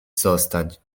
zostać